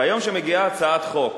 והיום, כשמגיעה הצעת חוק